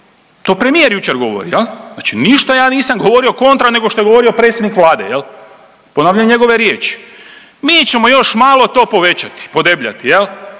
to premijer jučer govori jel, znači ništa ja nisam govorio kontra nego što je govorio predsjednik Vlade jel, ponavljam njegove riječi, mi ćemo još malo to povećati, podebljati